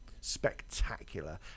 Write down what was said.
spectacular